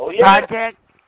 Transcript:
Project